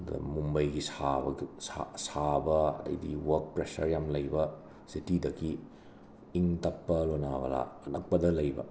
ꯑꯗ ꯃꯨꯝꯕꯩꯒꯤ ꯁꯥꯕꯗꯛ ꯁꯥ ꯁꯥꯕ ꯑꯗꯩꯗꯤ ꯋꯔꯛ ꯄ꯭ꯔꯦꯁꯔ ꯌꯥꯝꯅ ꯂꯩꯕ ꯆꯤꯇꯤꯗꯒꯤ ꯏꯪ ꯇꯞꯄ ꯂꯣꯅꯥꯋꯂꯥ ꯑꯅꯛꯄꯗ ꯂꯩꯕ